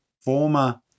former